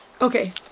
Okay